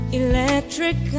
electric